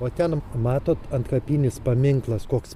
o ten matot antkapinis paminklas koks